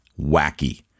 wacky